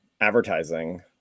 advertising